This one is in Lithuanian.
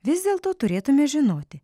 vis dėlto turėtume žinoti